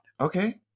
Okay